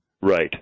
Right